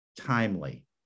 timely